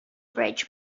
bridge